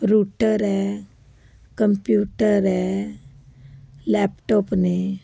router ਹੈ computer ਹੈ laptop ਨੇ